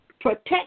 Protect